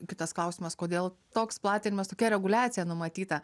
kitas klausimas kodėl toks platinimas tokia reguliacija numatyta